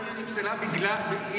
תוכנית אפולוניה נפסלה בעילת סבירות.